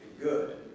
good